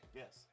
yes